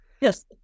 Yes